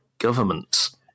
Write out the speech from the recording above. governments